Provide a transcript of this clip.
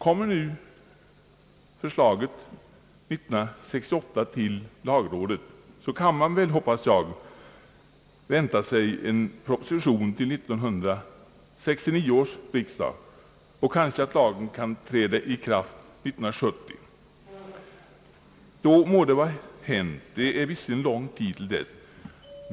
Kommer förslaget 1968 till lagrådet, så hoppas jag att man kan vänta sig en proposition till 1969 års riksdag, och då kan kanske lagen träda i kraft 1970. Då må det vara hänt. Det är visserligen ganska långt till dess.